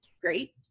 great